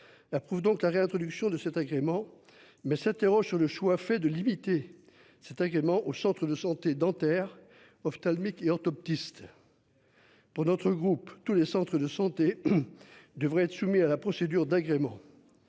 preuve, donc la réintroduction de cet agrément mais s'interroge sur le choix fait de limiter cet agrément au Centre de santé dentaires ophtalmiques et orthoptiste. Pour notre groupe, tous les centres de santé. Devraient être soumis à la procédure d'agrément.